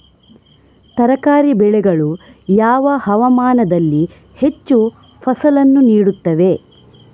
ತರಕಾರಿ ಬೆಳೆಗಳು ಯಾವ ಹವಾಮಾನದಲ್ಲಿ ಹೆಚ್ಚು ಫಸಲನ್ನು ನೀಡುತ್ತವೆ?